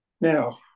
now